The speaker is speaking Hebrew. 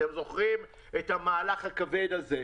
אתם זוכרים את המהלך הכבד הזה,